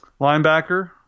Linebacker